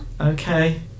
okay